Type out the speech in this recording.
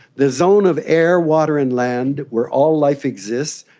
the zone of air, water and land where all life exists,